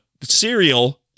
cereal